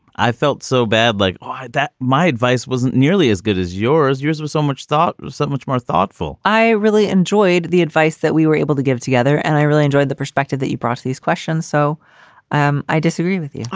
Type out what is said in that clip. i felt so bad like that. my advice wasn't nearly as good as yours year with so much thought, so much more thoughtful i really enjoyed the advice that we were able to give together. and i really enjoyed the perspective that you brought these questions. so um i disagree with you. oh,